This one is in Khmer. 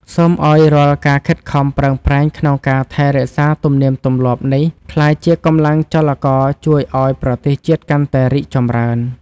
សូមឱ្យរាល់ការខិតខំប្រឹងប្រែងក្នុងការថែរក្សាទំនៀមទម្លាប់នេះក្លាយជាកម្លាំងចលករជួយឱ្យប្រទេសជាតិកាន់តែរីកចម្រើន។